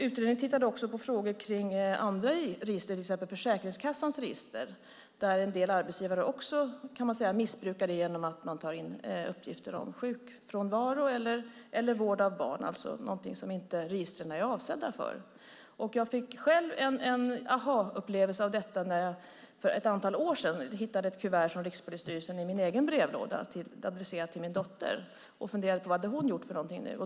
Utredningen tittade också på frågor kring andra register, till exempel Försäkringskassans register, som man också kan säga att en del arbetsgivare missbrukar genom att ta in uppgifter om sjukfrånvaro eller vård av barn, alltså någonting som registren inte är avsedda för. Jag fick själv en aha-upplevelse av detta när jag för ett antal år sedan hittade ett kuvert från Rikspolisstyrelsen i min egen brevlåda adresserat till min dotter och undrade: Vad har hon nu gjort för någonting?